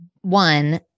One